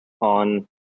on